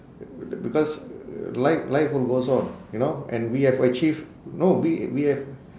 b~ because life life will goes on you know and we have achieve no we we have